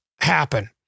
happen